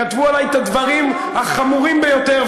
כתבו עלי את הדברים החמורים ביותר,